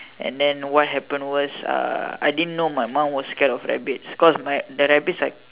and then what happened was uh I didn't know my mom was scared of rabbits cause my the rabbits I